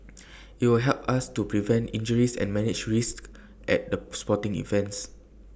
IT will help us to prevent injuries and manage risks at the sporting events